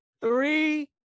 Three